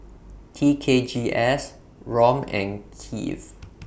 T K G S Rom and Kiv